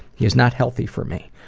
he is not healthy for me.